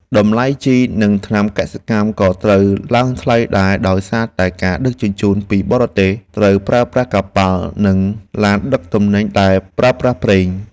តម្លៃជីនិងថ្នាំកសិកម្មក៏ត្រូវឡើងថ្លៃដែរដោយសារតែការដឹកជញ្ជូនពីបរទេសត្រូវប្រើប្រាស់កប៉ាល់និងឡានដឹកទំនិញដែលប្រើប្រាស់ប្រេង។